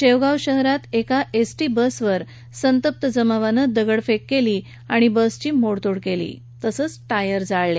शेवगाव शहरात एका एसटी बसवर संतप्त जमावानं दगडफेक करून बसची तोडफोड केली तसंच टायर जाळले